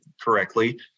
correctly